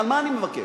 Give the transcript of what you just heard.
מה אני מבקש?